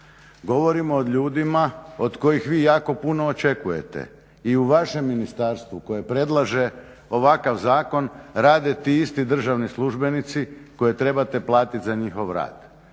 Govorimo o ljudima od kojih vi jako puno očekujete i u vašem ministarstvu koje predlaže ovakav zakon rade ti isti državni službenici koje trebate platiti za njihov rad.